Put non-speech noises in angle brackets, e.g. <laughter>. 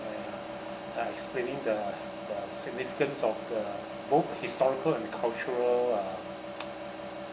and uh explaining the the significance of the both historical and cultural uh <noise>